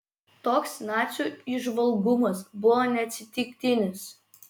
toks nacių įžvalgumas buvo neatsitiktinis